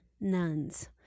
nuns